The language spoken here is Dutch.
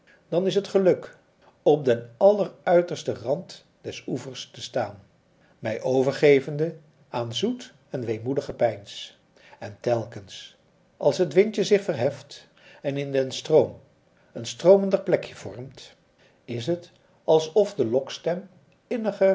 dan is het geluk op den alleruitersten rand des oevers te staan mij overgevende aan zoet en weemoedig gepeins en telkens als het windje zich verheft en in den stroom een stroomender plekje vormt is het alsof de lokstem inniger